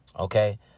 Okay